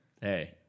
Hey